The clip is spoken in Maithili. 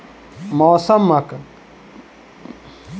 मौसमक पूर्वानुमान समाचारक माध्यम सॅ लोक सभ केँ देल गेल